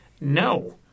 no